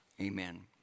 amen